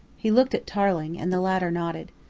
he looked at tarling, and the latter nodded.